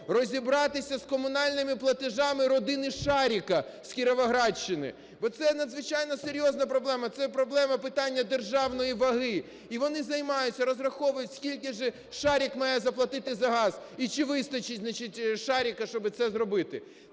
розібратися з комунальними платежами родини "Шаріка" з Кіровоградщини, бо це надзвичайно серйозна проблема, це проблема питання державної ваги. І вони замаються, розраховують, скільки же "Шарік" має заплатити за газ і чи вистачить, значить, "Шаріка", щоби це зробити.